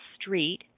street